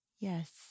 Yes